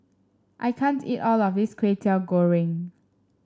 I can't eat all of this Kway Teow Goreng